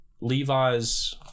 Levi's